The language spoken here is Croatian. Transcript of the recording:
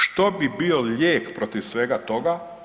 Što bi bio lijek protiv svega toga?